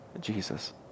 Jesus